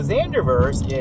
Xanderverse